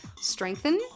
strengthen